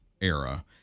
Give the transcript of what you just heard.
era